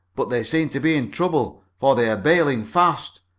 but they seem to be in trouble, for they are bailing fast.